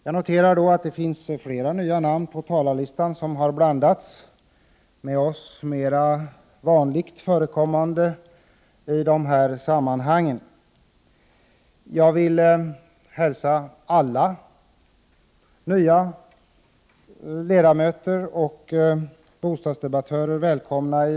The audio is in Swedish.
Jag noterar att det på talarlistan finns flera nya namn, som har blandats med oss som är mera vanligt förekommande i dessa sammanhang. Jag vill hälsa alla nya ledamöter och bostadsdebattörer välkomna.